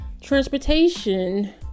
Transportation